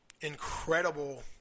incredible